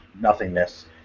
nothingness